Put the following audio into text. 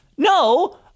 No